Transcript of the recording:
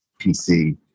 PC